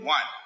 One